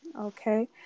Okay